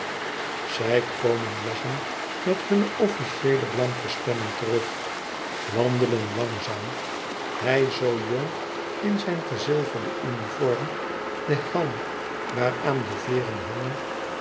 zij komen lachend met hunne officieele blanke stemmen terug wandelen langzaam hij zoo jong in zijn gezilverden uniform den helm waaraan de veêren hangen